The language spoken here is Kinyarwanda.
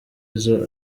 izo